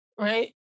right